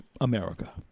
America